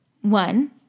One